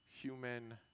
human